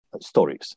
stories